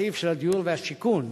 בסעיף של הדיור והשיכון: